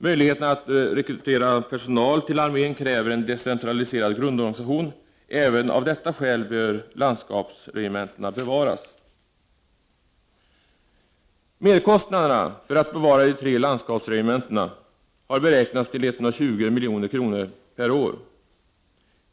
Möjligheterna att rekrytera personal till armén kräver en decentraliserad grundorganisation. Även av detta skäl bör landskapsregementena bevaras. Merkostnaderna för att bevara de tre landskapsregementena har beräknats till ca 120 milj.kr. per år.